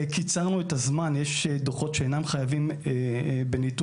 קיצרנו את הזמן יש דוחות שאינם חייבים בניתוב,